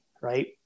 right